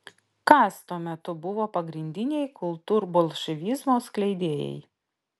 kas tuo metu buvo pagrindiniai kultūrbolševizmo skleidėjai